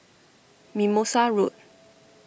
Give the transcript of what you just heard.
Mimosa Road